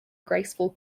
graceful